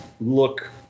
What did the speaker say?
look